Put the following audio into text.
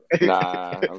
Nah